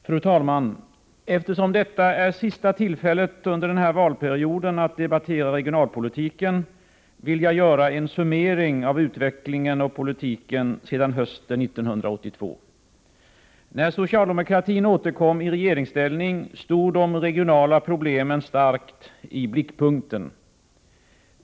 Fru talman! Eftersom detta är sista tillfället under den här valperioden att debattera regionalpolitiken, vill jag göra en summering av utvecklingen och politiken sedan hösten 1982. När socialdemokratin återkom i regeringsställning stod de regionala problemen starkt i blickpunkten.